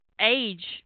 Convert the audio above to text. age